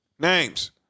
Names